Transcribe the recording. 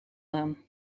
aan